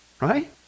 right